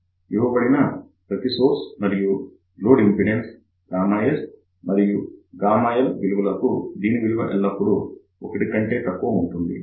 ఇవ్వబడిన ప్రతి సోర్స్ మరియు లోడ్ ఇంపిడెన్స్ S మరియు L విలువలకు దీని విలువ ఎల్లప్పుడూ 1 కంటే తక్కువ ఉంటుంది